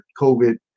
covid